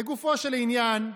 לגופו של עניין,